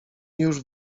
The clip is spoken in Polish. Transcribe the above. już